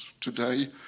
today